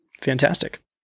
fantastic